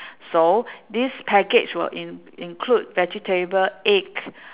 so this package will in~ include vegetable egg